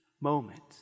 moment